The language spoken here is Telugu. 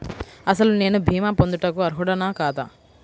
అసలు నేను భీమా పొందుటకు అర్హుడన కాదా?